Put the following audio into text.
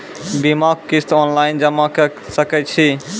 बीमाक किस्त ऑनलाइन जमा कॅ सकै छी?